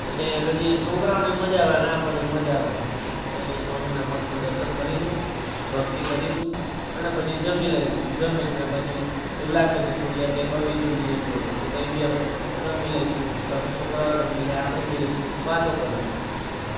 તો તઈ આગળ જઈએ છોકરાઓને પણ મજા અને આપણને પણ મજા આવે તઈ સ્વામિના મસ્ત દર્શન કરીશું ભક્તિ કરીશું અને પછી જમી લેશું અને જમીને પછી એવું લાગશે તો થોડી વાર બગીચાની બી છે જોડે તઈ બી આપણે રમી લઈશું તમે છોકરાઓય રમીલે અને આપણે બેહીશું વાતો કરીશું